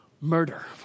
murder